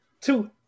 two